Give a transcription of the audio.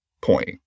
point